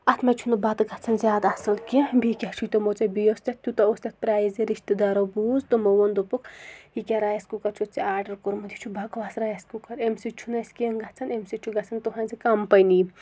اَتھ منٛز چھُنہٕ بَتہٕ گژھان زیادٕ اَصٕل کینٛہہ بیٚیہِ کیٛاہ چھُ تِمو ژےٚ بیٚیہِ اوس تَتھ تیوٗتاہ اوس تَتھ پرٛایزِ رِشتہٕ دارو بوٗز تِمو ووٚن دوٚپُکھ یہِ کیٛاہ رایِس کُکَر چھُتھ ژےٚ آرڈَر کوٚرمُت یہِ چھُ بَکواس رایِس کُکَر اَمہِ سۭتۍ چھُنہٕ اَسہِ کینٛہہ گژھان اَمہِ سۭتۍ چھُ گژھان تُہٕنٛزِ کَمپٔنی